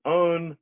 own